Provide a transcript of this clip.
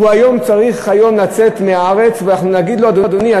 והיום הוא צריך לצאת מהארץ ואנחנו נגיד לו: אדוני,